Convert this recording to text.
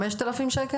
5,000 ₪?